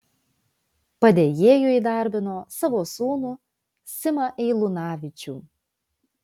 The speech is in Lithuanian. padėjėju įdarbino savo sūnų simą eilunavičių